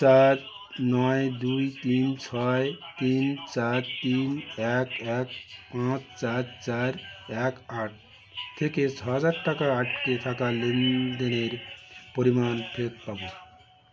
চার নয় দুই তিন ছয় তিন চার তিন এক এক পাঁচ চার চার এক আট থেকে ছ হাজার টাকা আটকে থাকা লেনদেনের পরিমাণ ফেরত পাবো